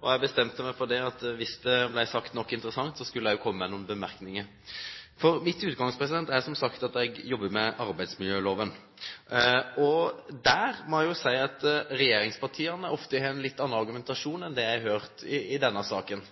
og jeg bestemte meg for at hvis det ble sagt nok interessant, skulle jeg også komme med noen bemerkninger. Mitt utgangspunkt er som sagt at jeg jobber med arbeidsmiljøloven. Og i den sammenheng må jeg jo si at regjeringspartiene ofte har en litt annen argumentasjon enn det jeg har hørt i denne saken.